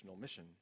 mission